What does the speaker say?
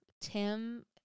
Tim